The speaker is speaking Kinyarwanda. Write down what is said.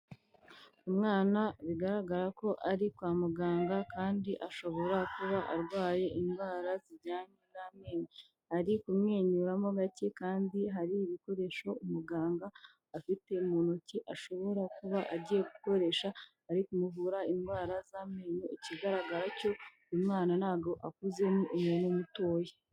Umwana bigaragara ko ari kwa muganga kandi ashobora kuba arwaye indwara zijyanye n'amenyo. Ari kumwenyuramo gake kandi hari ibikoresho umuganga afite mu ntoki, ashobora kuba agiye gukoresha ari kuvura indwara z'amenyo, ikigaragara cyo umwana ntago akuze ni umuntu mutoya.